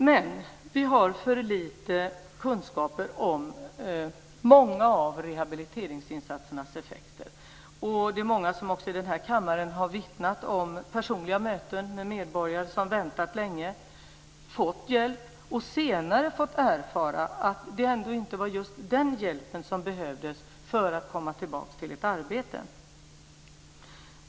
Men vi har för lite kunskap om många av rehabiliteringsinsatsernas effekter. Många i den här kammaren har vittnat om personliga möten med medborgare som har väntat länge, fått hjälp och senare fått erfara att det ändå inte var just den hjälpen som behövdes för att komma tillbaka till ett arbete.